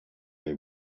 they